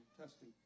testing